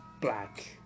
black